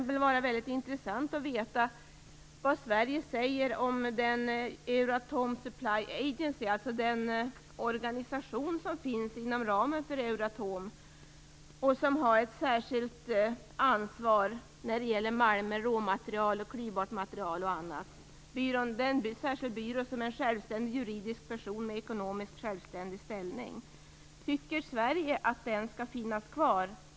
Det skulle vara intressant att veta vad Sverige säger om Euratom Supply Agency, dvs. den organisation som finns inom ramen för Euratom och som har ett särskilt ansvar när det gäller malmer, råmaterial och klyvbart material. Det är en särskild byrå som är en självständig juridisk person med ekonomiskt självständig ställning. Tycker Sverige att denna byrå skall finnas kvar?